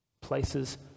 places